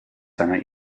seiner